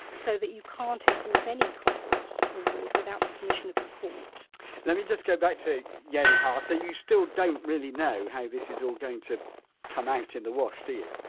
so that you can't enforce any costs award without the permission of the court let me just go back to yuen har, so you still don't really know how this is all going to come out in the wash do you?